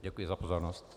Děkuji za pozornost.